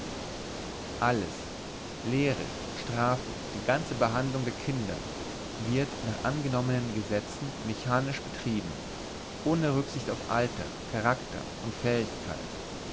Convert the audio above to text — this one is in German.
alles lehre strafe die ganze behandlung der kinder wird nach angenommenen gesetzen mechanisch betrieben ohne rücksicht auf alter charakter und fähigkeit